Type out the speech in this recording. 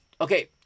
Okay